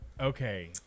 Okay